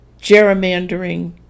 gerrymandering